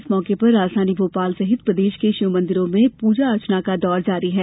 इस मौके पर राजधानी भोपाल सहित प्रदेश के शिवमंदिरों में पूजा अर्चना का दौर जारी हैं